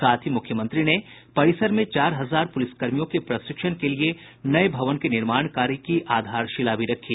साथ ही मुख्यमंत्री ने परिसर में चार हजार प्रलिस कर्मियों के प्रशिक्षण के लिए नए भवन के निर्माण कार्य की आधारशिला भी रखी